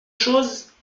chose